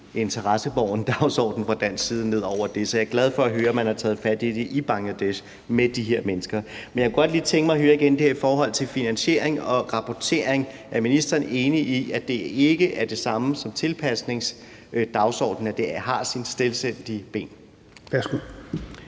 interessebåren dagsorden fra dansk side ned over det, så jeg er glad for at høre, at man har taget fat i det i Bangladesh med de her mennesker. Jeg kunne godt tænke mig at høre om noget i forhold til finansiering og rapportering: Er ministeren enig i, at det ikke er det samme som tilpasningsdagsordenen, altså at det har sine selvstændige ben?